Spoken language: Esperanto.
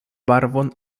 barbon